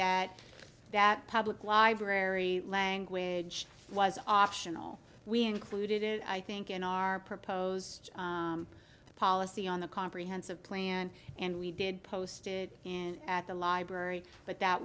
that that public library language was off we included it i think in our proposed policy on the comprehensive plan and we did posted in at the library but that